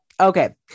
okay